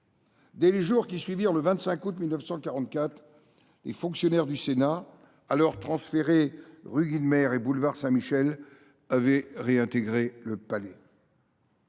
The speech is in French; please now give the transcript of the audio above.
Dès les jours qui suivirent le 25 août 1944, les fonctionnaires du Sénat, alors transférés rue Guynemer et boulevard Saint Michel, réintégrèrent le palais.